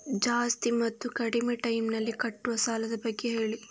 ಜಾಸ್ತಿ ಮತ್ತು ಕಡಿಮೆ ಟೈಮ್ ನಲ್ಲಿ ಕಟ್ಟುವ ಸಾಲದ ಬಗ್ಗೆ ಹೇಳಿ